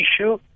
issue